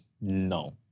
no